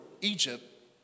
Egypt